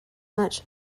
much